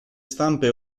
stampe